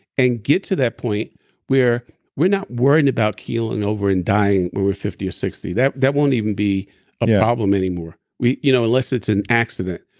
and get to that point where we're not worrying about keeling over and dying when we're fifty or sixty. that that won't even be a problem any more you know unless it's an accident.